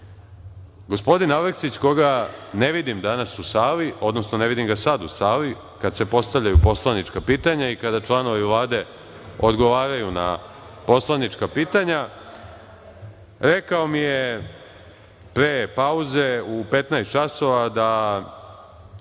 itd. Gospodin Aleksić, koga ne vidim danas u sali, odnosno ne vidim ga sada u sali kada se postavljaju poslanička pitanja i kada članovi Vlade odgovaraju na poslanička pitanja, rekao mi je pre pauze u 15.00 časova